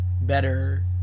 better